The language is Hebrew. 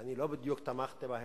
ואני לא בדיוק תמכתי בהם,